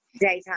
Daytime